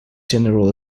general